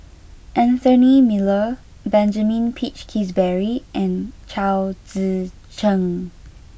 Anthony Miller Benjamin Peach Keasberry and Chao Tzee Cheng